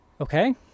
Okay